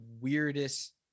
weirdest